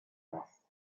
was